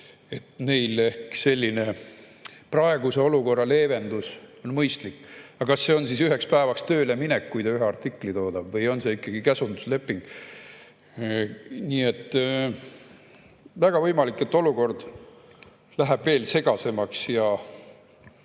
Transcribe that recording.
Neile ehk selline olukorra leevendus on mõistlik. Aga kas see on siis üheks päevaks tööleminek, kui ta ühe artikli toodab, või on siin ikkagi vaja käsunduslepingut? Nii et väga võimalik, et olukord läheb veel segasemaks, ja